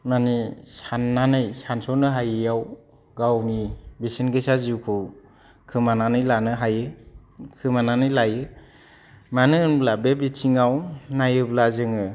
माने साननानै सानस'नो हायियाव गावनि बेसेन गोसा जिउखौ खोमानानै लानो हायो खोमानानै लायो मानो होनब्ला बे बिथिङाव नायोब्ला जोङो